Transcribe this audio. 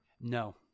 No